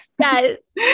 Yes